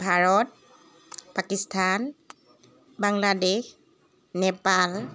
Bharat Pakistan Bangladesh Nepal